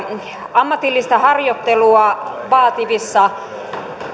ammatillista harjoittelua vaativissa